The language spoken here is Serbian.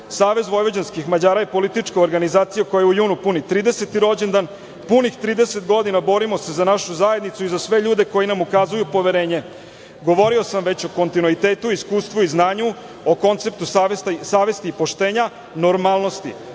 Savez vojvođanskih Mađara je politička organizacija koja u junu puni 30. rođendan. Punih 30 godina borimo se za našu zajednicu i za sve ljude koji nam ukazuju poverenje. Govorio sam već o kontinuitetu i iskustvu i znanju, o konceptu savesti i poštenja, normalnosti.